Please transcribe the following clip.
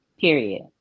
period